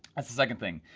that's the second thing.